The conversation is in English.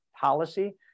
policy